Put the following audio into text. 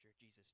Jesus